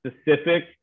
specific